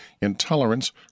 intolerance